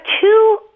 two